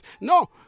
No